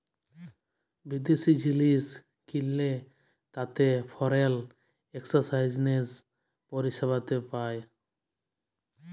বিদ্যাশি জিলিস কিললে তাতে ফরেল একসচ্যানেজ পরিসেবাতে পায়